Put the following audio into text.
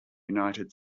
united